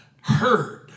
heard